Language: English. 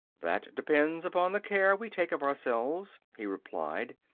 that depends upon the care we take of ourselves, he replied.